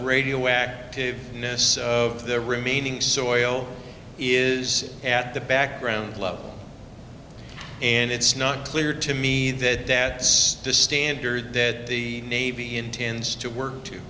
radioactive nests of the remaining soil is at the background level and it's not clear to me that the standard that the navy intends to work to